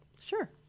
Sure